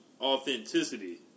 authenticity